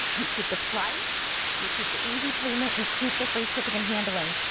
you keep the price, you keep the easy payment, you keep the free shipping and handling.